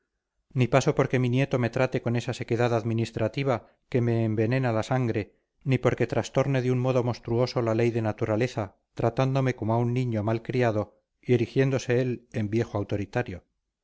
ni paso porque mi nieto me trate con esa sequedad administrativa que me envenena la sangre ni por que trastorne de un modo monstruoso la ley de naturaleza tratándome como a un niño mal criado y erigiéndose él en viejo autoritario